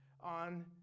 on